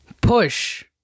push